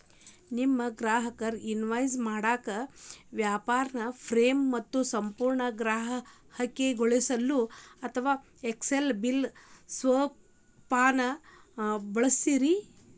ನಿಮ್ಮ ಗ್ರಾಹಕರ್ನ ಇನ್ವಾಯ್ಸ್ ಮಾಡಾಕ ವ್ಯಾಪಾರ್ನ ಫ್ರೇ ಮತ್ತು ಸಂಪೂರ್ಣ ಗ್ರಾಹಕೇಯಗೊಳಿಸೊಅಂತಾ ಎಕ್ಸೆಲ್ ಬಿಲ್ ಸ್ವರೂಪಾನ ಬಳಸ್ರಿ